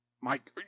Mike